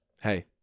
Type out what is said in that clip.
hey